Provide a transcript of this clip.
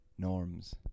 norms